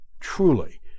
Truly